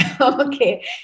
Okay